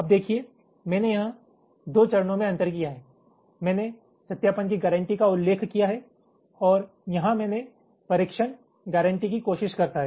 अब देखिए मैंने यहां दो चरणों में अंतर किया है मैंने सत्यापन की गारंटी का उल्लेख किया है और यहां मैंने कहा कि परीक्षण गारंटी की कोशिश करता है